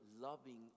loving